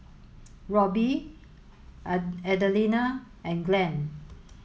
Roby Adelina and Glenn